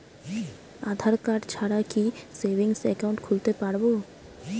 আধারকার্ড ছাড়া কি savings account খুলতে পারব?